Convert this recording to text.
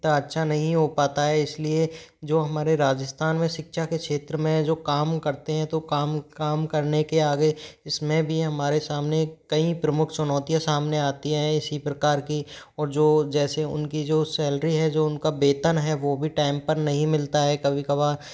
इतना अच्छा नहीं हो पता है इस लिए जो हमारे राजस्थान में शिक्षा के क्षेत्र में जो काम करते हैं तो काम काम करने के आगे इस में भी हमारे सामने कईं प्रमुख चुनौतियाँ सामने आती है इसी प्रकार की और जो जैसे उनकी जो सैलरी है जो उनका वेतन है वो भी टाइम पर नहीं मिलता है कभी कभार